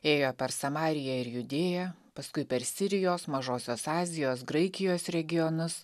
ėjo per samariją ir judėją paskui per sirijos mažosios azijos graikijos regionus